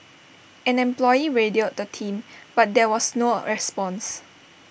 an employee radioed the team but there was no response